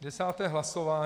Desáté hlasování.